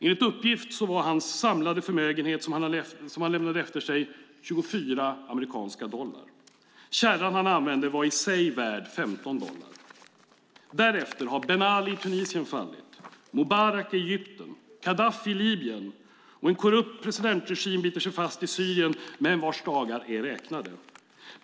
Enligt uppgift var den samlade förmögenhet som han lämnade efter sig 24 amerikanska dollar. Kärran han använde var i sig värd 15 dollar. Därefter har Ben Ali i Tunisien, Mubarak i Egypten och Gaddafi i Libyen fallit. En korrupt presidentregim biter sig fast i Syrien, men dess dagar är räknade.